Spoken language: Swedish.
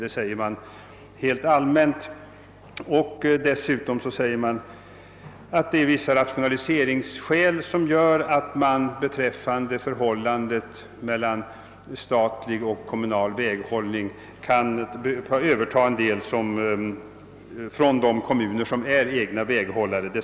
Man framhåller detta rent allmänt och anför dessutom att vissa rationaliseringsskäl talar för en förändrad fördelning av väghållningsansvaret mellan staten och de kommuner som är egna väghållare.